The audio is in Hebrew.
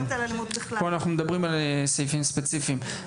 פה אנחנו מדברים על סעיפים ספציפיים.